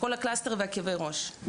כל הקלסטר וכאבי ראש.